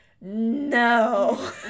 no